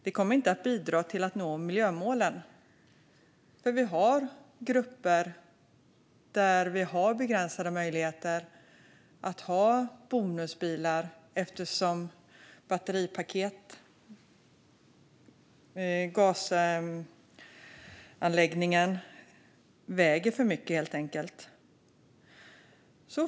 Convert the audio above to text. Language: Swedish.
Det kommer inte att bidra till att nå miljömålen, för vi har grupper med begränsade möjligheter att ha bonusbilar eftersom batteripaket och gasanläggning helt enkelt väger för mycket. Fru talman!